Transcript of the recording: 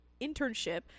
internship